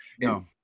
No